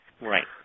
Right